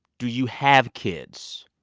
do you have kids?